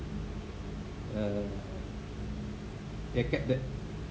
uh that